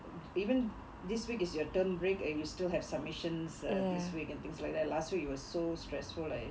even this week is your term break and you still have submissions this week and things like that last week you were so stressful I